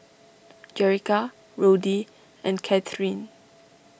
Jerrica Roddy and Kathryne